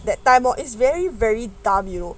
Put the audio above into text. that time lor is very very dumb you know